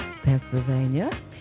Pennsylvania